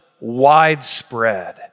widespread